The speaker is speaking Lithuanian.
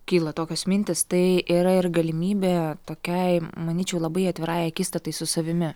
kyla tokios mintys tai yra ir galimybė tokiai manyčiau labai atvirai akistatai su savimi